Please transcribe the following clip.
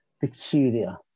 peculiar